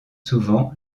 souvent